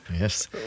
Yes